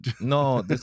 No